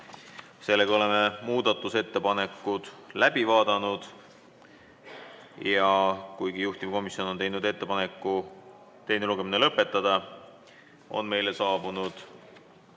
Oleme muudatusettepanekud läbi vaadanud ja kuigi juhtivkomisjon on teinud ettepaneku teine lugemine lõpetada, on meile saabunud